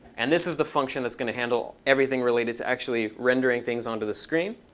and this is the function that's going to handle everything related to actually rendering things onto the screen.